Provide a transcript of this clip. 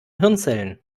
hirnzellen